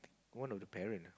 one of the parent